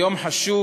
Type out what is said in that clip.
זה יום חשוב,